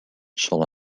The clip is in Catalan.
sol